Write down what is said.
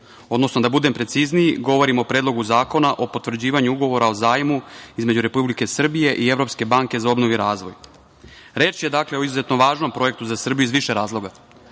odnosno da budem precizniji, govorim o Predlogu zakona o potvrđivanju ugovora o zajmu između Republike Srbije i Evropske banke za obnovu i razvoj. Reč je o izuzetno važnom projektu za Srbiju iz više razloga.